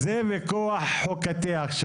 עכשיו זה ויכוח חוקתי.